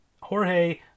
Jorge